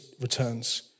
returns